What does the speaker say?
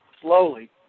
slowly